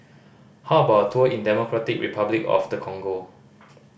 how about a tour in Democratic Republic of the Congo